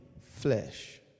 flesh